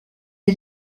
est